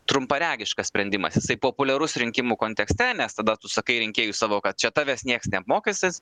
trumparegiškas sprendimas jisai populiarus rinkimų kontekste nes tada tu sakai rinkėjui savo kad čia tavęs nieks neapmokestins